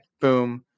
boom